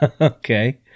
Okay